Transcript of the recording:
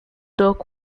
dog